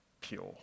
pure